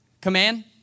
command